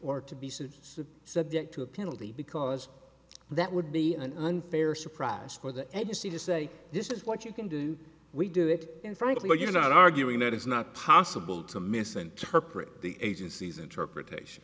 or to be says subject to a penalty because that would be an unfair surprise for the embassy to say this is what you can do we do it and frankly you're not arguing that it's not possible to misinterpret the agency's interpretation